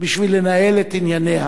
בשביל לנהל את ענייניה.